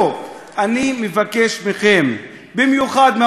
אני מבקש מכם, במיוחד מהאופוזיציה,